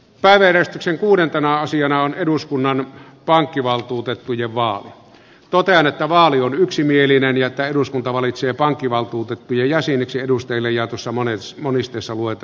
pää verestyksen kuudentena asiana on eduskunnan pankkivaltuutettujen vaan totean että vaali on yksimielinen ja että eduskunta valitsee eduskunnan pankkivaltuutettujen jäseniksi seuraavat henkilöt